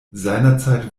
seinerzeit